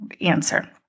answer